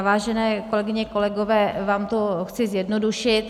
Vážené kolegyně, kolegové, já vám to chci zjednodušit.